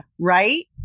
right